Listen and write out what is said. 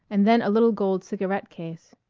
and then a little gold cigarette-case.